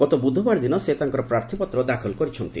ଗତ ବୁଧବାର ଦିନ ସେ ତାଙ୍କର ପ୍ରାର୍ଥିପତ୍ର ଦାଖଲ କରିଛନ୍ତି